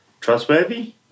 trustworthy